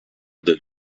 del